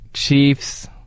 Chiefs